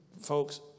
Folks